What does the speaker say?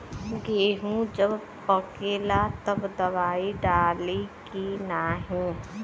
गेहूँ जब पकेला तब दवाई डाली की नाही?